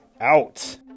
out